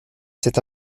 cet